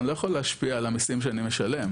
אני לא יכול להשפיע על המיסים שאני משלם,